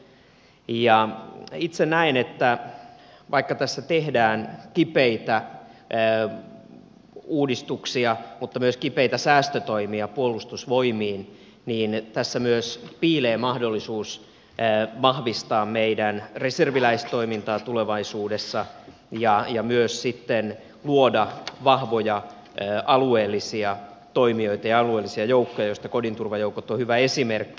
itse näen että vaikka tässä tehdään kipeitä uudistuksia mutta myös kipeitä säästötoimia puolustusvoimiin niin tässä myös piilee mahdollisuus vahvistaa meidän reserviläistoimintaa tulevaisuudessa ja myös sitten luoda vahvoja alueellisia toimijoita ja alueellisia joukkoja joista kodinturvajoukot on hyvä esimerkki